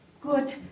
good